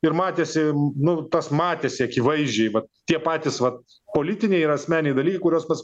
ir matėsi nu tas matėsi akivaizdžiai vat tie patys vat politiniai ir asmeniniai dalykai kuriuos pats